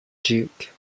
duke